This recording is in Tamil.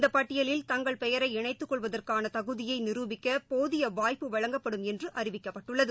இந்தப் பட்டியலில் தங்கள் பெயரை இணைத்துக்கொள்வதற்கானதகுதியைநிருபிக்கபோதியவாய்ப்பு வழங்கப்படும் என்றுஅறிவிக்கப்பட்டுள்ளது